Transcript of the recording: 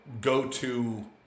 go-to